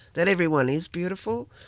that everyone is beautiful.